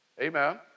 Amen